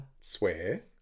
swear